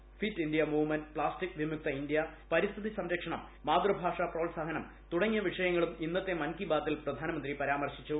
fit India movement plastic വിമുക്ത India പരിസ്ഥിതി സംരക്ഷണം മാതൃഭാഷ പ്രോത്സാഹനം തുടങ്ങിയ വിഷയങ്ങളും ഇന്നത്തെ മൻ കി ബാത്തിൽ പ്രധാനമന്ത്രി പരാമർശിച്ചു